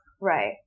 Right